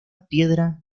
piedra